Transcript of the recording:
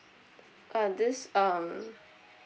uh this um